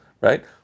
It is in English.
right